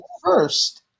first